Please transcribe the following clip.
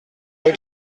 rue